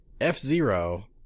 F-Zero